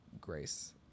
grace